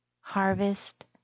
harvest